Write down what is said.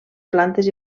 plantes